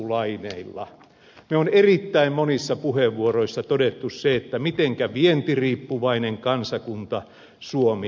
me olemme erittäin monissa puheenvuoroissa todenneet sen mitenkä vientiriippuvainen kansakunta suomi on